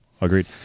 agreed